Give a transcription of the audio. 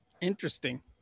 interesting